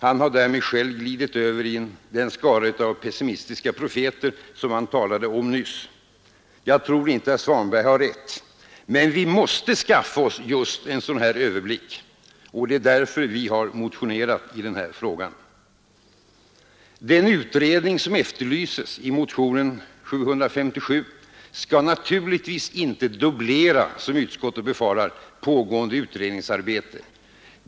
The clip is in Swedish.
Han har därmed själv glidit över in i den skara av pessimistiska profeter som han talade om nyss. Jag tror inte att herr Svanberg har rätt. Vi måste skaffa oss just en sådan överblick, och det är därför som vi har motionerat i denna fråga. Den utredning som efterlyses i motionen 757 skall naturligtvis inte dubblera, som utskottet befarar, pågående utredningsarbete.